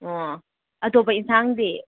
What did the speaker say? ꯑꯣ ꯑꯇꯣꯞꯄ ꯏꯟꯁꯥꯡꯗꯤ